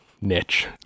niche